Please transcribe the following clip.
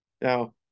Now